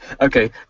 Okay